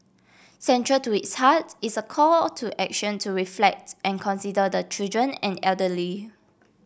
central to its heart is a call to action to reflects and consider the children and elderly